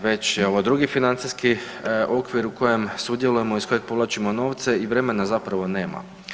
Već je ovo drugi financijski okvir u kojem sudjelujemo, iz kojeg povlačimo novce i vremena zapravo nema.